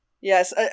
Yes